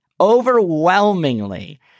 overwhelmingly